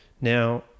Now